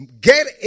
get